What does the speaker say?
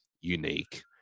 unique